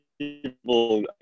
people